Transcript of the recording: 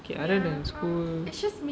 okay other than school